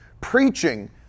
preaching